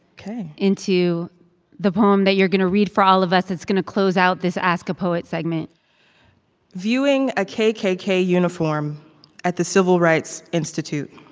ok. into the poem that you're going to read for all of us that's going to close out this ask a poet segment viewing a kkk uniform at the civil rights institute.